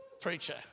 preacher